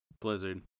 Blizzard